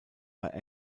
bei